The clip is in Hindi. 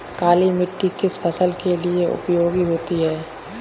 काली मिट्टी किस फसल के लिए उपयोगी होती है?